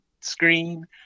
screen